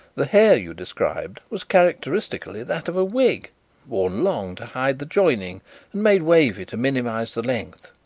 the hair you described was characteristically that of a wig worn long to hide the joining and made wavy to minimize the length.